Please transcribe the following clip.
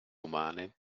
umane